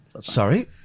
Sorry